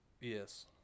Yes